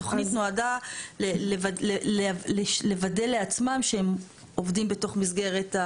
התוכנית נועדה לוודא לעצמם שהם עובדים בתוך מסגרת,